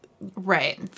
Right